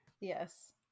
Yes